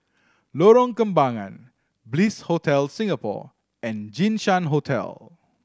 Lorong Kembangan Bliss Hotel Singapore and Jinshan Hotel